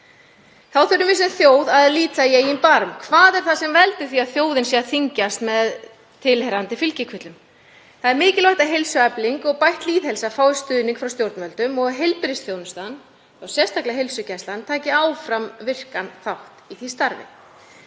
Þá þurfum við sem þjóð að líta í eigin barm. Hvað er það sem veldur því að þjóðin er að þyngjast með tilheyrandi fylgikvillum? Það er mikilvægt að heilsuefling og bætt lýðheilsa fái stuðning frá stjórnvöldum og heilbrigðisþjónustan, þá sérstaklega heilsugæslan, taki áfram virkan þátt í því starfi.